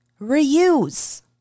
reuse